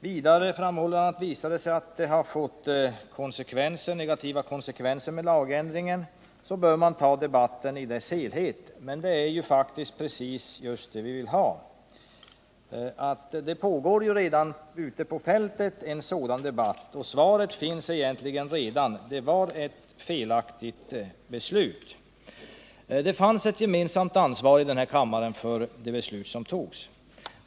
Vidare framhöll han att om det har visat sig att det har blivit negativa konsekvenser av lagändringen får man ta den debatten i dess helhet. Det är faktiskt det vi vill göra. Det pågår redan en sådan debatt på fältet, och svaret finns egentligen redan: Det var ett felaktigt beslut. Det finns ett gemensamt ansvar i denna kammare för det beslut som togs.